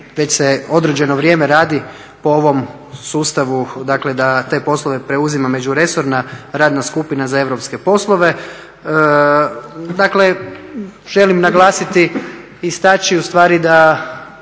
već se određeno vrijeme radi po ovom sustavu, dakle da te poslove preuzima Međuresorna radna skupina za europske poslove. Dakle, želim naglasiti, istaći ustvari da